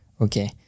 Okay